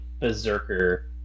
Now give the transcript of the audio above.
berserker